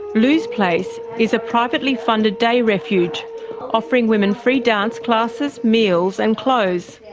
lou's place is a privately funded day refuge offering women free dance classes, meals and clothes.